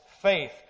faith